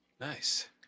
Nice